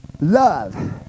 love